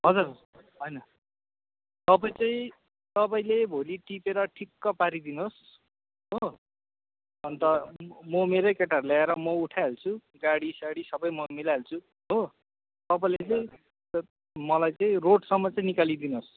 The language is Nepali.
हजुर होइन तपाईँ चाहिँ तपाईँले भोलि टिपेर ठिक्क पारिदिनुहोस् हो अन्त म मेरै केटाहरू ल्याएर म उठाइहाल्छु गाडी साडी सबै म मिलाइहाल्छु हो तपाईँले चाहिँ मलाई चाहिँ रोडसम्म चाहिँ निकालिदिनहोस्